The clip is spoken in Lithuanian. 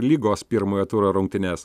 lygos pirmojo turo rungtynes